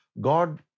God